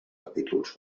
capítols